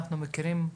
אנחנו מכירים,